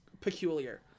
peculiar